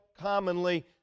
commonly